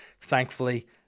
Thankfully